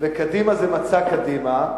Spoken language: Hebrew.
וקדימה זה מצע קדימה,